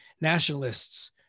nationalists